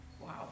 Wow